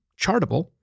Chartable